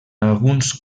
alguns